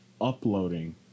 uploading